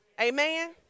Amen